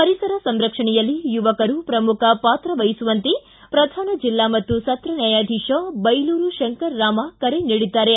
ಪರಿಸರ ಸಂರಕ್ಷಣೆಯಲ್ಲಿ ಯುವಕರು ಪ್ರಮುಖ ಪಾತ್ರ ವಹಿಸುವಂತೆ ಪ್ರಧಾನ ಜಿಲ್ಲಾ ಮತ್ತು ಸತ್ರ ನ್ಯಾಯಾಧೀಶ ಬೈಲೂರು ಶಂಕರ ರಾಮಾ ಕರೆ ನೀಡಿದ್ದಾರೆ